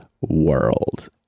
world